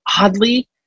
oddly